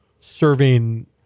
serving